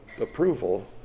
approval